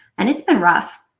and it's been rough.